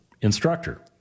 instructor